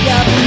up